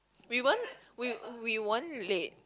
we weren't we we weren't late